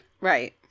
right